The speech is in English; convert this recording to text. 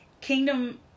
kingdom